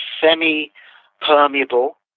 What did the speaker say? semi-permeable